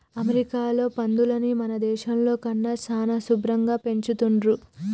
అమెరికాలో పందులని మన దేశంలో కన్నా చానా శుభ్భరంగా పెంచుతున్రు